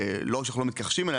ולא רק שאנחנו לא מתכחשים אליה,